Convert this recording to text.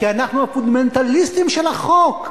כי אנחנו הפונדמנטליסטים של החוק.